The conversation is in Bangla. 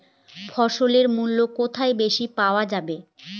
ফসলের মূল্য কোথায় বেশি পাওয়া যায়?